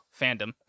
fandom